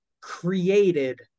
created